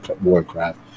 Warcraft